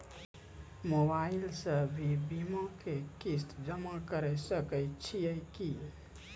Mobile से भी बीमा के किस्त जमा करै सकैय छियै कि?